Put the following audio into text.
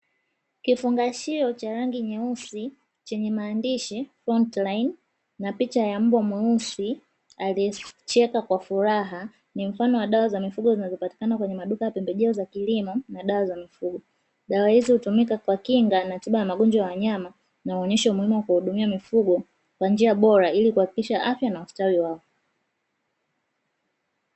Kifungashio cha rangi nyeusi chenye maandishi "Contline" picha na Mbwa mweusi aliyecheka kwa furaha ni mfano wa dawa za mifugo zinazopatikana kwenye maduka ya pembejeo za kilimo na dawa za mifugo. Dawa hizo hutumika kwa kinga na tiba ya magonjwa ya wanyama na huonesha umuhimu wa kuhudumia mifugo kwa njia bora ili kuhakikisha afya na ustawi wao.